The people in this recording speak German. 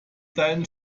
deinen